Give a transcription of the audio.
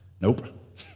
Nope